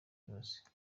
cyose